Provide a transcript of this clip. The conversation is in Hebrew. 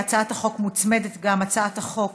להצעת החוק מוצמדת הצעת חוק